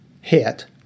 hit